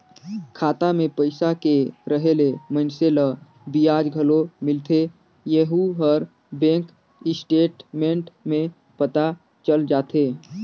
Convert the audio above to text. खाता मे पइसा के रहें ले मइनसे ल बियाज घलो मिलथें येहू हर बेंक स्टेटमेंट में पता चल जाथे